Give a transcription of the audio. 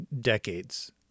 decades